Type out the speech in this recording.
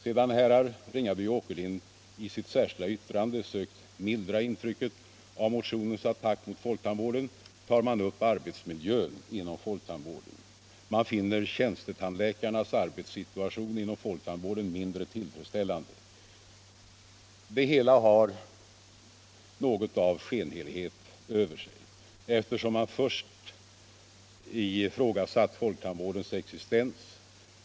Sedan herrar Ringaby och Åkerlind i sitt särskilda yttrande sökt mildra intrycket av attacken i motionen mot folktandvården tar de upp arbetsmiljön inom folktandvården. De finner tjänstetandläkarnas arbetssituation inom folktandvården mindre tillfredsställande. Det hela har något av skenhelighet över sig, eftersom man först ifrågasatt folktandvårdens existens.